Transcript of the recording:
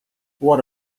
what